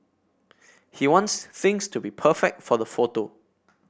he wants things to be perfect for the photo